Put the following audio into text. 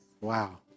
Wow